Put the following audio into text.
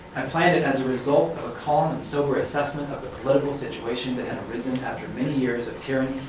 i planned it as a result of a calm and sober assessment of the political situation that had arisen after many years of tyranny,